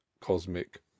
cosmic